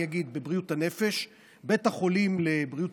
אני אגיד על בריאות הנפש שבית החולים לבריאות